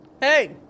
Hey